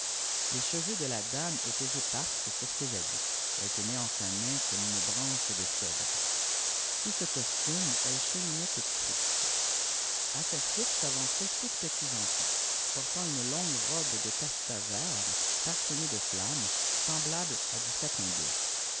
les cheveux de i dame étaient épars sur ses habits elle tenait en sa main comme une branche de cèdre sous ce costume elle cheminait toute triste a sa suite s'avançaient six petits enfants portant unç longue robe de taffetas vert parsemée de flammes semblables à du satin blanc